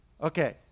Okay